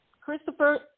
Christopher